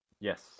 Yes